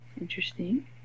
Interesting